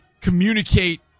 communicate